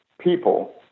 people